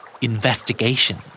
Investigation